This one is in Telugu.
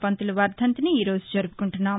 పంతులు వర్దంతిని ఈరోజు జరుపుకుంటున్నాం